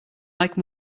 like